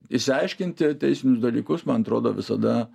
išsiaiškinti teisinius dalykus man atrodo visada